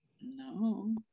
no